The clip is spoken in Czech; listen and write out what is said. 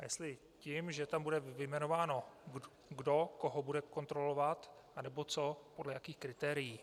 Jestli tím, že tam bude vyjmenováno, kdo koho bude kontrolovat, anebo co a podle jakých kritérií.